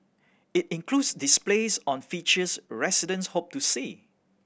it includes displays on features residents hope to see